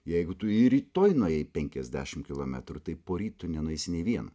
jeigu tu ir rytoj nuėjai penkiasdešimt kilometrų tai poryt tu nenueisi nei vieno